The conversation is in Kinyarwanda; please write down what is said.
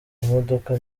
imodoka